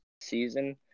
season